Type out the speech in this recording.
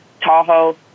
Tahoe